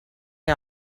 que